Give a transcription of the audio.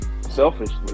Selfishly